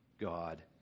God